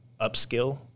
upskill